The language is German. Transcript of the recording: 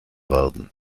werden